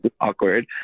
Awkward